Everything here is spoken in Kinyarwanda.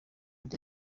bya